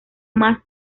más